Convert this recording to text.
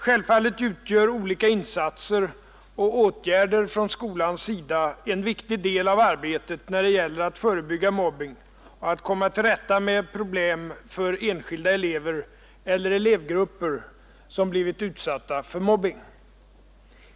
Självfallet utgör olika insatser och åtgärder från skolans sida en viktig del av arbetet när det gäller att förebygga mobbning och att komma till rätta med problem för enskilda elever eller elevgrupper, som blivit utsatta 11 för mobbning.